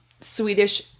Swedish